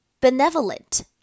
Benevolent